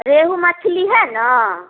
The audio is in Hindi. रेहू मछली है ना